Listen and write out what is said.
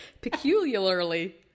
Peculiarly